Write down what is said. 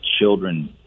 children